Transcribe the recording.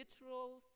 literal